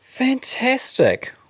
Fantastic